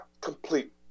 complete